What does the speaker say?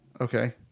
Okay